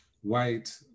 white